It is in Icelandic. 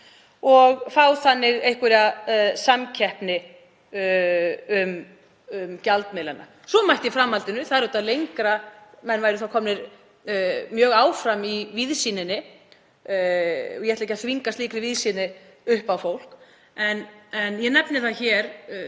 og fá þannig einhverja samkeppni um gjaldmiðlana. Svo mætti í framhaldinu, menn væru þá komnir mjög langt í víðsýninni og ég ætla ekki að þvinga slíkri víðsýni upp á fólk en ég nefni þetta hér,